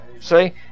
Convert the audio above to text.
See